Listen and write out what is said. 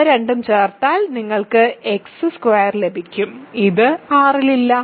ഇവ രണ്ടും ചേർത്താൽ നിങ്ങൾക്ക് x2 ലഭിക്കും ഇത് R ഇൽ ഇല്ല